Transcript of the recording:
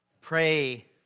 pray